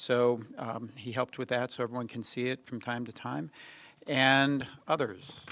so he helped with that so everyone can see it from time to time and others